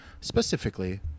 specifically